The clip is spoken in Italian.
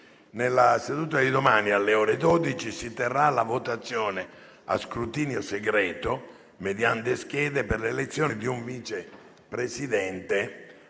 Nella seduta di domani, alle ore 12, si terrà la votazione a scrutinio segreto mediante schede per l'elezione di un Vice Presidente,